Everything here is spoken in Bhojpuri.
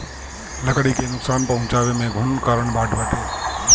लकड़ी के नुकसान पहुंचावे में घुन बड़ कारण बाटे